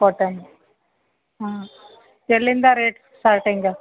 cotton ಹಾಂ ಎಲ್ಲಿಂದ rate starting